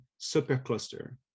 supercluster